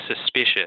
suspicious